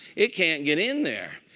it can't get in there.